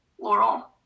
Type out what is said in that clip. Laurel